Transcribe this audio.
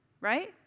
right